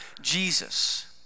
Jesus